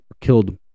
killed